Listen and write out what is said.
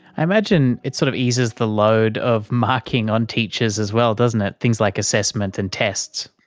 i imagine it sort of eases the load of marking on teachers as well, doesn't it, things like assessment and tests.